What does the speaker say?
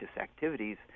activities